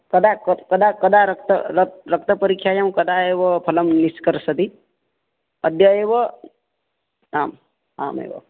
कदा कदा कदा रक्त रक्तपरीक्षायां कदा एव फलं निष्कर्षति अद्य एव आम् आम् एव